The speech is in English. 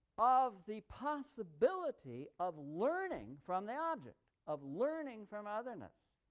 of the possibility of learning from the object, of learning from otherness.